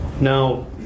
Now